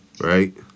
Right